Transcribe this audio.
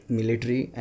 military